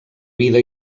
vida